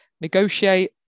negotiate